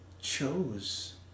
chose